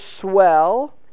swell